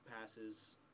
passes